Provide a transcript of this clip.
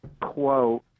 quote